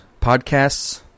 Podcasts